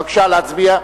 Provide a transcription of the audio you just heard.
בבקשה להצביע.